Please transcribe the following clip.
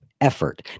effort